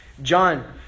John